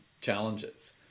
challenges